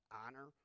honor